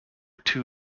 two